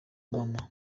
mama